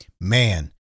man